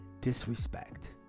disrespect